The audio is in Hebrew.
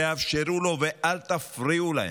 תאפשרו להם ואל תפריעו להם.